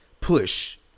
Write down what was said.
push